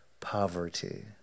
poverty